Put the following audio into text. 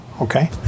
Okay